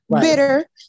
bitter